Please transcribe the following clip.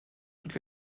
toute